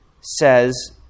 says